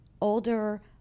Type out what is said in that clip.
older